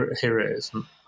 heroism